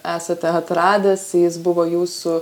esate atradęs jis buvo jūsų